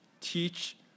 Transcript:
teach